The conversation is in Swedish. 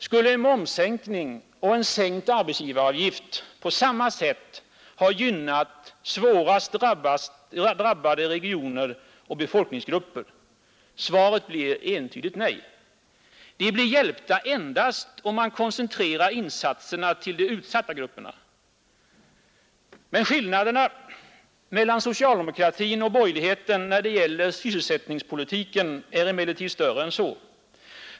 Skulle en momssänkning och en sänkt arbetsgivaravgift på samma sätt ha gynnat våra svårast drabbade regioner och befolkningsgrupper? Svaret blir entydigt nej! De blir hjälpta endast om man koncentrerar insatserna till de utsatta grupperna. Men skillnaderna mellan socialdemokratin och borgerligheten när det gäller sysselsättningspolitiken är större än så.